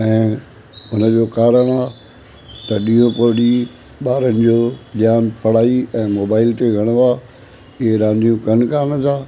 ऐं उनजो कारणु आहे त ॾींहों पूरो ॾींहुं ॿारनि जो ध्यानु पढ़ाई ऐं मोबाइल ते घणो आहे इहे रांदियूं कनि कान था